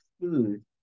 food